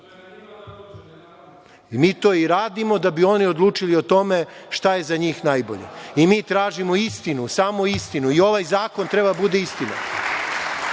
to i radimo da bi oni odlučili o tome šta je za njih najbolje i mi tražimo istinu, samo istinu, ovaj zakon treba da bude istina,